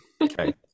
Okay